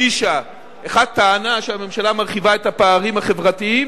שהאחת טענה שהממשלה מרחיבה את הפערים החברתיים